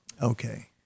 Okay